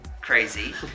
Crazy